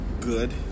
good